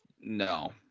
No